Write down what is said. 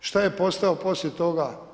Šta je postao poslije toga?